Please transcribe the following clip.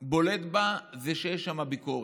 בולט בה זה שיש שם ביקורת.